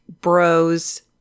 Bros